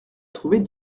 trouvait